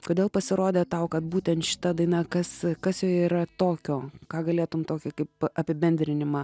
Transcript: kodėl pasirodė tau kad būtent šita daina kas kas joje yra tokio ką galėtum tokį kaip apibendrinimą